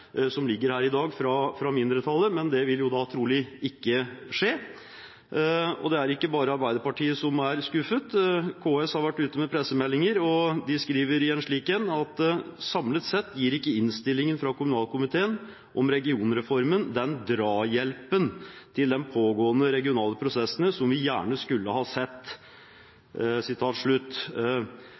som ligger her i dag fra mindretallet, men det vil trolig ikke skje. Det er ikke bare Arbeiderpartiet som er skuffet. KS har vært ute med pressemeldinger og skriver: «Samlet sett gir ikke innstillingen fra kommunalkomiteen om regionreformen den drahjelpen til de pågående regionale prosessene som vi gjerne skulle ha sett.»